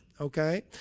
okay